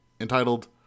entitled